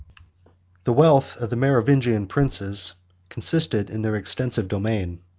the wealth of the merovingian princes consisted in their extensive domain.